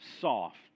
soft